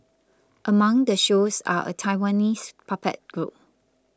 among the shows are a Taiwanese puppet group